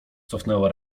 cofnęła